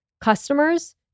customers